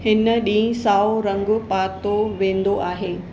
हिन ॾींहुं साओ रंगु पातो वेंदो आहे